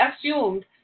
assumed